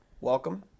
welcome